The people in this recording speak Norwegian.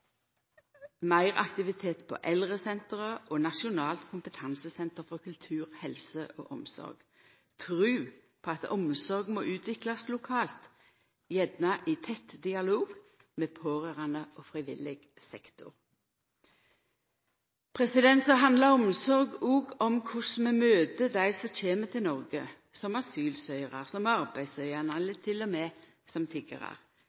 meir aktivitet på eldresentre og eit nasjonalt kompetansesenter for kultur, helse og omsorg. Eg har tru på at omsorg må utviklast lokalt, gjerne i tett dialog med pårørande og frivillig sektor. Så handlar omsorg òg om korleis vi møter dei som kjem til Noreg som asylsøkjarar, som arbeidssøkjande eller til og med som